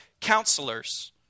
counselors